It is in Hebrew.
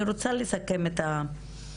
אני רוצה לסכם את הדברים.